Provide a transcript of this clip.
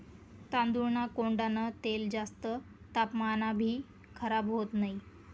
तांदूळना कोंडान तेल जास्त तापमानमाभी खराब होत नही